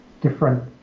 different